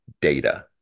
data